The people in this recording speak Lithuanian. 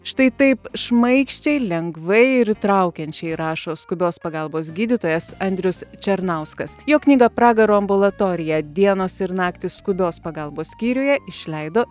štai taip šmaikščiai lengvai ir įtraukiančiai rašo skubios pagalbos gydytojas andrius černauskas jo knygą pragaro ambulatorija dienos ir naktys skubios pagalbos skyriuje išleido